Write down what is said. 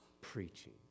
Preaching